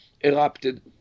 erupted